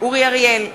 אורי אריאל,